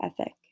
ethic